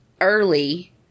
early